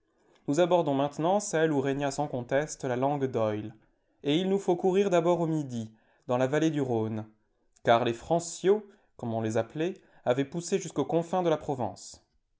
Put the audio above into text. nous abordons maintenant celles où régna sans conteste la langue d'oïl et il nous faut courir d'abord au midi dans la vallée du rhône car les franciaux comme on les appelait avaient poussé jusqu'aux confins de la provence